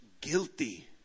guilty